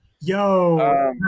Yo